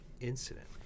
incident